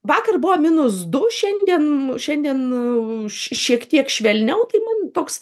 vakar buvo minus du šiandien šiandien š šiek tiek švelniau tai man toks